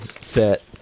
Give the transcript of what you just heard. set